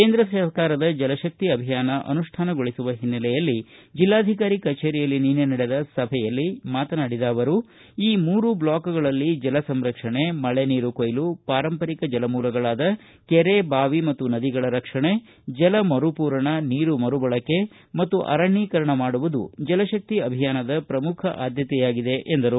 ಕೇಂದ್ರ ಸರ್ಕಾರದ ಜಲಶಕ್ತಿ ಅಭಿಯಾನ ಅನುಷ್ಠಾನಗೊಳಿಸುವ ಹಿನ್ನೆಲೆಯಲ್ಲಿ ಜಿಲ್ಲಾಧಿಕಾರಿ ಕಚೇರಿಯಲ್ಲಿ ನಿನ್ನೆ ನಡೆದ ಸಭೆಯಲ್ಲಿ ಮಾತನಾಡಿದ ಅವರು ಈ ಮೂರು ಬ್ಲಾಕ್ಗಳಲ್ಲಿ ಜಲಸಂರಕ್ಷಣ ಮಳೆನೀರು ಕೊಯ್ಲು ಪಾರಂಪರಿಕ ಜಲಮೂಲಗಳಾದ ಕೆರೆ ಬಾವಿ ಮತ್ತು ನದಿಗಳ ರಕ್ಷಣೆ ಜಲಮರುಪೂರಣ ನೀರು ಮರುಬಳಕೆ ಮತ್ತು ಅರಣ್ಣೀಕರ ಮಾಡುವುದು ಜಲಶಕ್ತಿ ಅಭಿಯಾನದ ಪ್ರಮುಖ ಆದ್ಯತೆಯಾಗಿದೆ ಎಂದರು